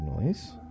noise